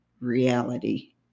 reality